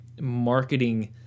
marketing